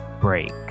break